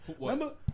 Remember